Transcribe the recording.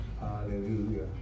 Hallelujah